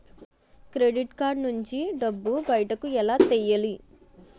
Credit card నుంచి డబ్బు బయటకు ఎలా తెయ్యలి?